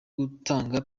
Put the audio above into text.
gutanga